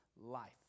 life